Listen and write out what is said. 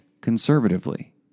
conservatively